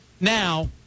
now